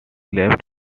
left